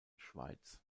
schweiz